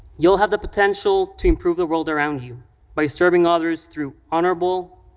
you'll have the potential to improve the world around you by serving others through honorable,